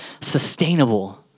sustainable